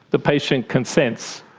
the patient consents.